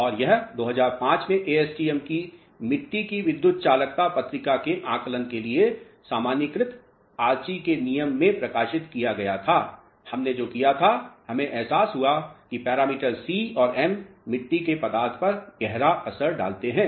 और यह 2005 में ASTM की मिट्टी की विद्युत चालकता पत्रिका के आकलन के लिए सामान्यीकृत आर्ची के नियम में प्रकाशित किया गया था हमने जो किया था हमें एहसास हुआ कि पैरामीटर c और m मिट्टी के पदार्थ पर गहरा असर डालते हैं